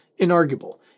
inarguable